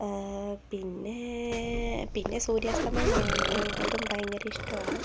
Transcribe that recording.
പിന്നെ പിന്നെ സൂര്യാസ്തമയം കാണാൻ അതും ഭയങ്കര ഇഷ്ടമാണ്